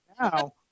now